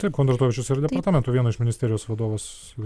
taip kondratovičius yra departamento vieno iš ministerijos vadovas